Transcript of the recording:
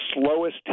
slowest